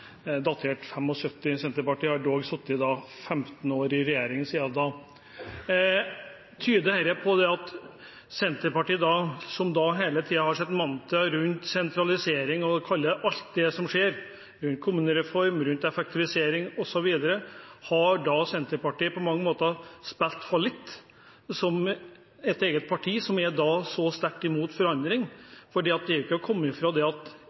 Senterpartiet har sittet 15 år i regjering siden da. Tyder dette på at Senterpartiet, som hele tiden har hatt som mantra å kalle alt det som skjer rundt kommunereform, effektivisering osv. for sentralisering, på mange måter har spilt fallitt som parti, som er så sterkt imot forandring? Det er ikke til å komme fra at i de 15 årene Senterpartiet har sittet, har det ikke blitt noe mindre sentralisering, heller tvert imot. Føler representanten at